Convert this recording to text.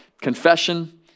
Confession